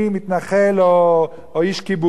מתנחל או איש קיבוץ.